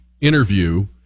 interview